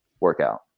workout